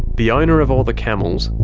the owner of all the camels,